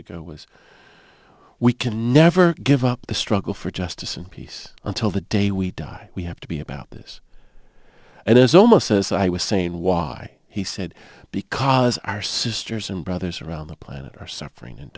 ago was we can never give up the struggle for justice and peace until the day we die we have to be about this and there's almost as i was saying why he said because our sisters and brothers around the planet are suffering and